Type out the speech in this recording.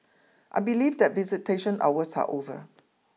I believe that visitation hours are over